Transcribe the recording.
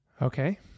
Okay